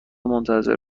منتظر